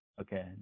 okay